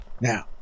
Now